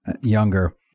younger